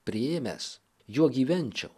priėmęs juo gyvenčiau